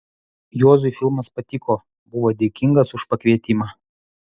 juozui filmas patiko buvo dėkingas už pakvietimą